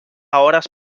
hores